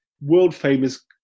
world-famous